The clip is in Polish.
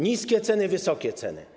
Niskie ceny, wysokie ceny.